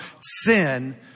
sin